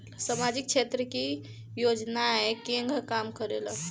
सामाजिक क्षेत्र की योजनाएं केगा काम करेले?